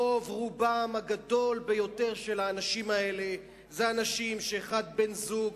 רובם הגדול ביותר של האנשים האלה הם אנשים שאחד מהם הוא בן-זוג,